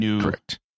Correct